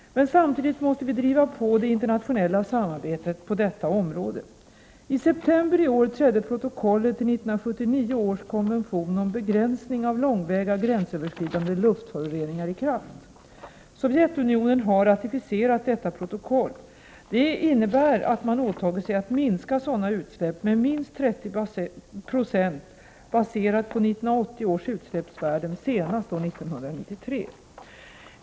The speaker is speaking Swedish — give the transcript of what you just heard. Men samtidigt måste vi driva på det internationella samarbetet på detta område. I september i år trädde protokollet till 1979 års konvention om begränsning av långväga gränsöverskridande luftföroreningar i kraft. Sovjetunionen har ratificerat detta protokoll. Det innebär att man åtagit sig att minska sådana utsläpp med minst 30 96 baserat på 1980 års utsläppsvärden senast år 1993.